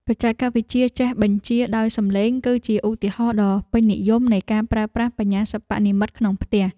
បច្ចេកវិទ្យាចេះបញ្ជាដោយសំឡេង គឺជាឧទាហរណ៍ដ៏ពេញនិយមនៃការប្រើប្រាស់បញ្ញាសិប្បនិម្មិតក្នុងផ្ទះ។